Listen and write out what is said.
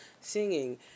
Singing